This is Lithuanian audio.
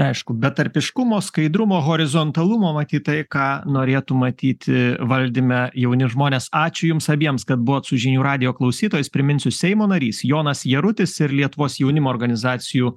aišku betarpiškumo skaidrumo horizontalumo matyt tai ką norėtų matyti valdyme jauni žmonės ačiū jums abiems kad buvot su žinių radijo klausytojais priminsiu seimo narys jonas jarutis ir lietuvos jaunimo organizacijų